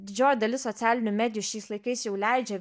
didžioji dalis socialinių medijų šiais laikais jau leidžia